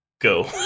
Go